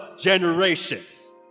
generations